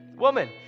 woman